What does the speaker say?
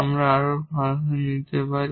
আমরা আরো ফাংশন নিতে পারি